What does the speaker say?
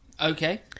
Okay